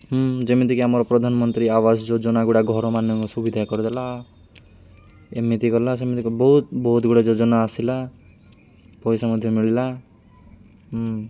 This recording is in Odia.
ହୁଁ ଯେମିତିକି ଆମର ପ୍ରଧାନମନ୍ତ୍ରୀ ଆବାସ ଯୋଜନା ଗୁଡ଼ାକ ଘର ମାନଙ୍କ ସୁବିଧା କରିଦେଲା ଏମିତି କଲା ସେମିତି ବହୁତ ବହୁତ ଗୁଡ଼ା ଯୋଜନା ଆସିଲା ପଇସା ମଧ୍ୟ ମିଳିଲା ହୁଁ